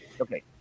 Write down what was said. Okay